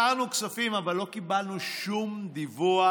אישרנו כספים אבל לא קיבלנו שום דיווח